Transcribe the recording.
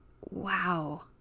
Wow